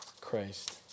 Christ